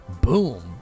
boom